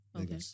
Okay